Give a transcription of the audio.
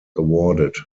awarded